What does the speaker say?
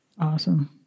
Awesome